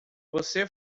você